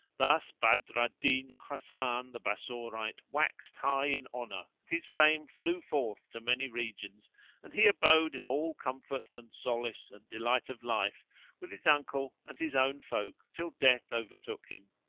thus badr al-din hasan the bassorite waxed high in honour and his fame flew forth to many regions and he abode in all comfort and solace and delight of life with his uncle and his own folk till death overtook him.